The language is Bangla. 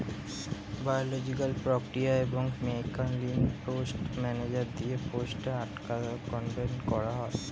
বায়োলজিকাল, প্রাকৃতিক এবং মেকানিকাল পেস্ট ম্যানেজমেন্ট দিয়ে পেস্ট অ্যাটাক কন্ট্রোল করা হয়